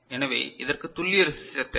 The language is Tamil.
எனவே இதற்கு துல்லிய ரெசிஸ்டர் தேவை